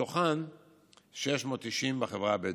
ומתוכן 690 בחברה הבדואית.